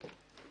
בכפוף